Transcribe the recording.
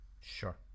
Sure